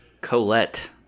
Colette